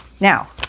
now